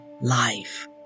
life